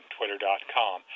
Twitter.com